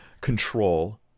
control